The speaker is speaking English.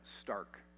stark